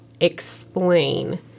explain